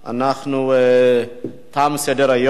תם סדר-היום.